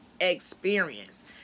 experience